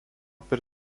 per